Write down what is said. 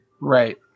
Right